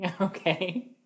Okay